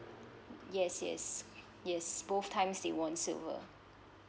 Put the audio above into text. yes yes yes both times they won silver